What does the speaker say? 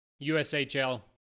USHL